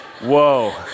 Whoa